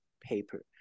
paper